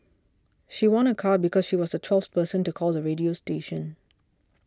she won a car because she was the twelfth person to call the radio station